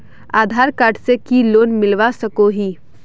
आधार card से की loan मिलवा सकोहो?